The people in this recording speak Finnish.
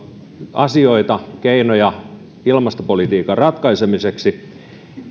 asioita keinoja ilmastopolitiikan ratkaisemiseksi